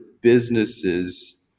businesses